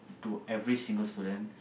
to every single student